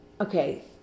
Okay